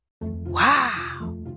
Wow